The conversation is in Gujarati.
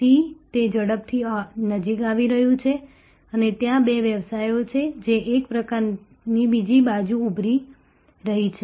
સી તે ઝડપથી નજીક આવી રહ્યું છે અને ત્યાં બે વ્યવસાયો છે જે એક પ્રકારની બીજી બાજુ ઉભરી રહી છે